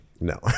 no